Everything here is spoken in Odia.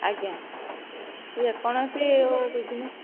ଆଜ୍ଞା ଯେକୌଣସି ବିଜ୍ନେସ୍